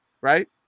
right